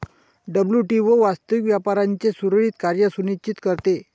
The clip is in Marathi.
डब्ल्यू.टी.ओ वास्तविक व्यापाराचे सुरळीत कार्य सुनिश्चित करते